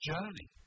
Journey